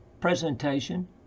presentation